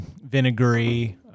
vinegary